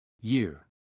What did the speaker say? Year